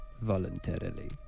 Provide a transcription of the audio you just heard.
voluntarily